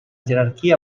jerarquia